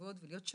דווקא